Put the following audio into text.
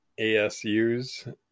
ASUs